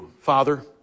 father